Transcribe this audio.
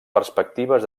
perspectives